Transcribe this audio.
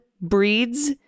breeds